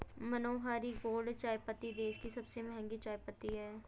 मनोहारी gold चायपत्ती देश की सबसे महंगी चायपत्ती है